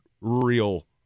real